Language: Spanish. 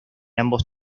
ambos